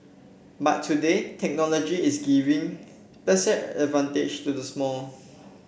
but today technology is giving advantage to the small